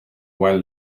while